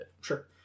Sure